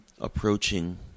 Approaching